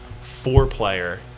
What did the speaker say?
four-player